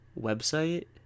website